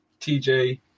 TJ